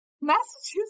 Massachusetts